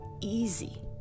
easy